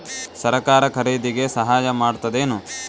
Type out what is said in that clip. ಸರಕಾರ ಖರೀದಿಗೆ ಸಹಾಯ ಮಾಡ್ತದೇನು?